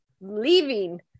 leaving